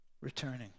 returning